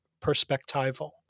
perspectival